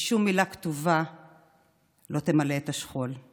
ושום מילה כתובה לא תמלא את השכול.